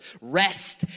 rest